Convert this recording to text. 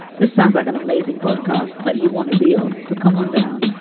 this sounds like an amazing podcast, but you want to be on. so come on down